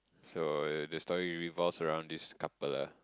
so the story is revolved around this couple lah